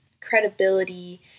credibility